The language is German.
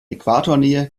äquatornähe